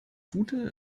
gute